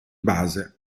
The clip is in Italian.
base